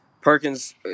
Perkins